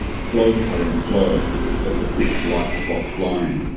flow, current, flow! set the quick light-spot flying!